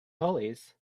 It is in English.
pulleys